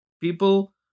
People